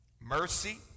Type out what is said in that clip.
Mercy